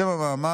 "שווא.